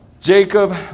Jacob